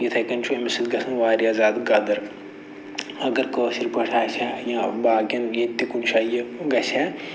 یِتھَے کٔنۍ چھُ أمِس سۭتۍ گژھان واریاہ زیادٕ گَدٕر اَگر کٲشِرۍ پٲٹھۍ آسہِ ہہ یا باقِیَن ییٚتہِ تہِ کُنہِ جایہِ یہِ گژھِ ہہ